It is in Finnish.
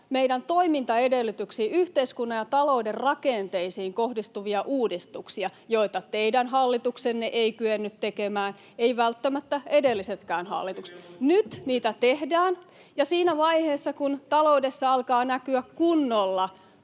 meidän toimintaedellytyksiin, yhteiskunnan ja talouden rakenteisiin kohdistuvia uudistuksia, joita teidän hallituksenne ei kyennyt tekemään, eivät välttämättä edellisetkään hallitukset. [Timo Harakka: Oppivelvollisuusuudistus!] Nyt niitä tehdään, ja siinä vaiheessa kun taloudessa alkaa näkyä kunnolla